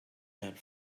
had